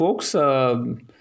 folks